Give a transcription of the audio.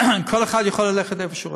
כל אחד יכול ללכת לאיפה שהוא רוצה.